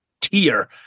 tier